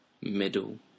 middle